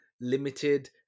limited